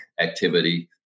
activity